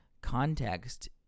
context